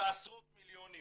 ועשרות מיליונים